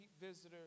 visitor